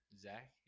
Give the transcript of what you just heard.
Zach